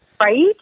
Right